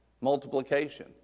Multiplication